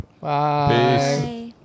bye